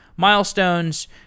milestones